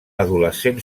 adolescent